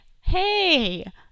hey